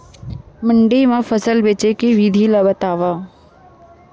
मंडी मा फसल बेचे के विधि ला बतावव?